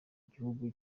gihugu